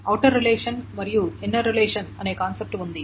outer relation మరియు inner relation అనే concept ఉంది